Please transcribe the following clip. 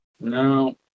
No